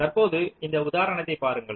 தற்பொழுது இந்த உதாரணத்தை பாருங்கள்